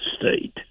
state